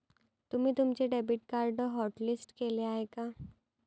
तुम्ही तुमचे debit card hotlist केले आहे का?